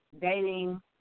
dating